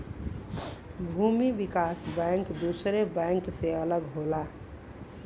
भूमि विकास बैंक दुसरे बैंक से अलग होला